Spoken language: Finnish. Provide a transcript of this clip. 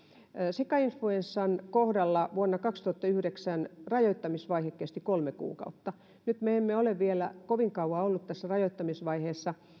sikainfluenssan kohdalla vuonna kaksituhattayhdeksän rajoittamisvaihe kesti kolme kuukautta nyt me emme ole vielä kovin kauaa olleet tässä rajoittamisvaiheessa